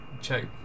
Check